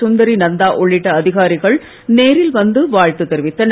சுந்தரி நந்தா உள்ளிட்ட அதிகாரிகள் நேரில் வந்து வாழ்த்து தெரிவித்தனர்